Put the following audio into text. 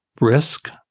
risk